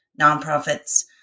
nonprofits